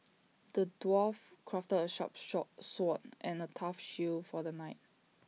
the dwarf crafted A sharp sword and A tough shield for the knight